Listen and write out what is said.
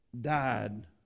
died